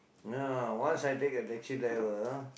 no once I take a taxi driver